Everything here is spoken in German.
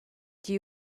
die